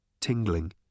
tingling